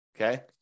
Okay